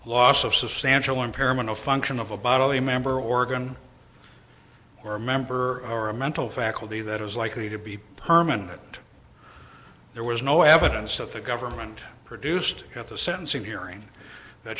loss of substantial impairment of function of a bodily member organ or member or a mental faculty that was likely to be permanent there was no evidence of the government produced at the sentencing hearing that